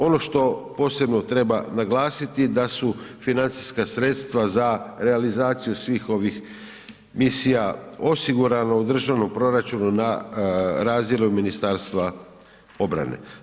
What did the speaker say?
Ono što posebno treba naglasiti da su financijska sredstva za realizaciju svih ovih misija osigurana u državnom proračunu na razinu Ministarstva obrane.